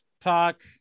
Talk